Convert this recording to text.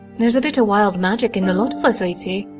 there's a bit'a wild magic in the lot of us i'd say.